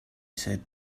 said